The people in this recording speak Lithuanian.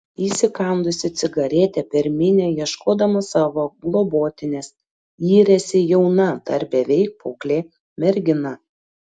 įsikandusi cigaretę per minią ieškodama savo globotinės yrėsi jauna dar beveik paauglė mergina